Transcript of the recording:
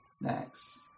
next